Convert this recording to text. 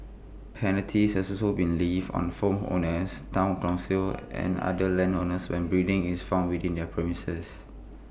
penalties have also been levied on phone on A Town councils and other landowners when breeding is found within their premises